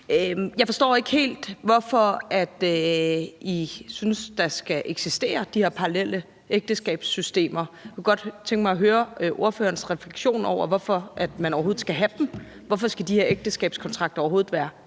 Jeg forstår ikke helt, hvorfor I synes, der skal eksistere de her parallelle ægteskabssystemer, og jeg kunne godt tænke mig at høre ordførerens refleksion over, hvorfor man overhovedet skal have dem. Hvorfor skal de her ægteskabskontrakter overhovedet være